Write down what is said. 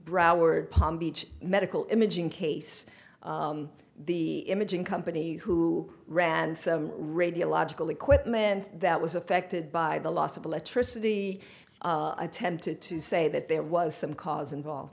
broward palm beach medical imaging case the imaging company who ran for radiological equipment that was affected by the loss of electricity attempted to say that there was some cars involved